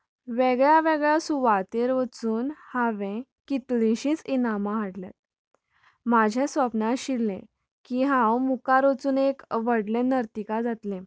वेगळ्या वेगळ्या सुवातेर वचून हांवें कितलिशीच इनामां हाडल्यात म्हजे स्वप्न आशिल्ले की हांव मुखार वचून एक व्हडली नर्तिका जातलें